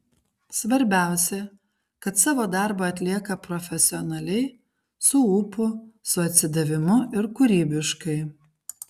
svarbiausia kad savo darbą atlieka profesionaliai su ūpu su atsidavimu ir kūrybiškai